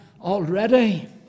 already